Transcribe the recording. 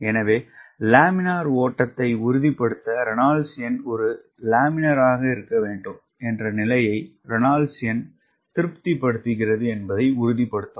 எனவே லேமினார் ஓட்டத்தை உறுதிப்படுத்த ரெனால்ட்ஸ் எண் ஒரு லேமினாராக இருக்க வேண்டும் என்ற நிலையை ரெனால்ட்ஸ் எண் திருப்திப்படுத்துகிறது என்பதை உறுதிப்படுத்தவும்